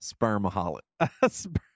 spermaholic